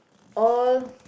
all